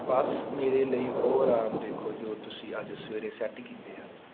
ਬਸ ਮੇਰੇ ਲਈ ਉਹ ਅਲਾਰਮ ਦੇਖੋ ਜੋ ਤੁਸੀਂ ਅੱਜ ਸਵੇਰੇ ਸੈੱਟ ਕੀਤੇ ਹਨ